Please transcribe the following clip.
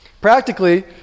Practically